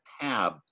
tab